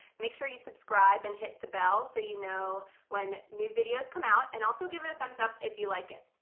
make sure you subscribe and hit the bell so you know when new videos come out and also give it a thumbs up if you like it!